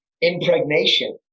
impregnation